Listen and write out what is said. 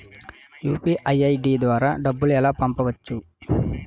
UPI ID ద్వారా డబ్బులు ఎలా పంపవచ్చు?